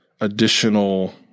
additional